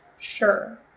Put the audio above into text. Sure